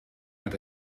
met